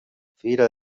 fira